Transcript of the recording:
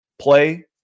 play